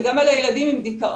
וגם על הילדים עם דיכאון